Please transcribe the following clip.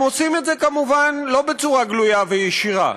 הם עושים את זה כמובן לא בצורה גלויה וישירה,